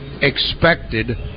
expected